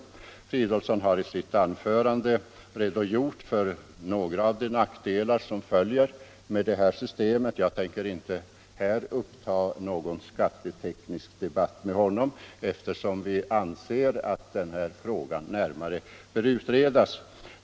Herr Fridolfsson har i sitt anförande redogjort för några av de nackdelar som följer med det här systemet, men jag tänker inte här börja någon skatteteknisk debatt med honom, eftersom vi anser att frågan närmare bör utredas.